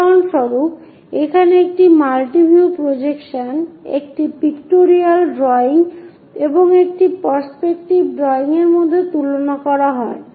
উদাহরণস্বরূপ এখানে একটি মাল্টি ভিউ প্রজেকশন একটি পিক্টোরিয়াল ড্রয়িং এবং একটি পার্সপেক্টিভ ড্রয়িং এর মধ্যে তুলনা করা হয়